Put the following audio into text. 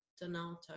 Donato